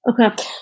Okay